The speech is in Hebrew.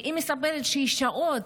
היא מספרת ששעות,